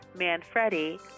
Manfredi